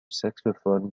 saxophone